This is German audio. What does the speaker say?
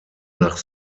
nach